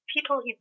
people